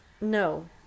No